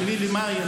ב-8 במאי,